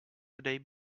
today